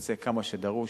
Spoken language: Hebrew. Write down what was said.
נקצה כמה שדרוש.